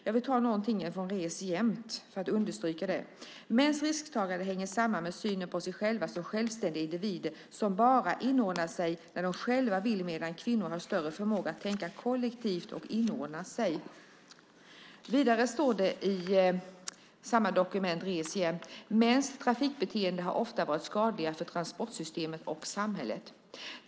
Jag vill ta något från Res jämt för att understryka det: "Mäns risktagande hänger samman med synen på sig själva som självständiga individer som bara inordnar sig när de själva vill medan kvinnor har en större förmåga att tänka kollektivt och inordna sig". Vidare står det i samma dokument Res jämt : "Mäns trafikbeteende har ofta varit skadligt för transportsystemet och samhället.